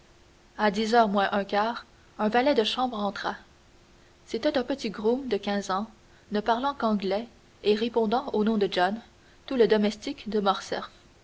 à dix heures moins un quart un valet de chambre entra c'était un petit groom de quinze ans ne parlant qu'anglais et répondant au nom de john tout le domestique de